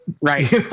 right